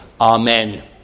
Amen